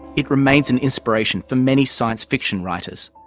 it remains an inspiration for many science-fiction writers.